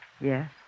Yes